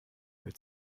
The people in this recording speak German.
mit